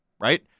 right